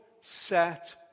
set